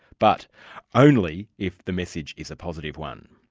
but only if the message is a positive one.